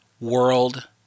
World